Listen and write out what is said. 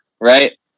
right